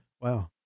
Wow